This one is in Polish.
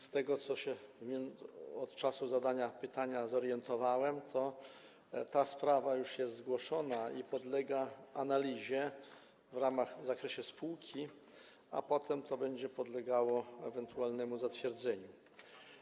Z tego, czego się od czasu zadania pytania dowiedziałem, to ta sprawa już jest zgłoszona i jest analizowana w zakresie spółki, a potem to będzie podlegało ewentualnemu zatwierdzeniu.